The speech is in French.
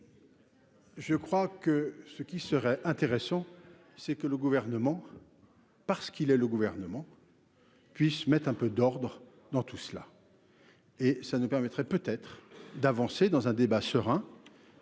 Je crois que ce qui serait intéressant, c'est que le gouvernement parce qu'il est le gouvernement. Puisse mettre un peu d'ordre dans tout cela et ça nous permettrait peut-être d'avancer dans un débat serein